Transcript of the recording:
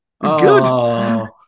Good